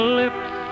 lips